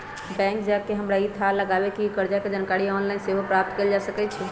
bank जा कऽ हमरा इ थाह लागल कि कर्जा के जानकारी ऑनलाइन सेहो प्राप्त कएल जा सकै छै